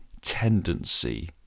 tendency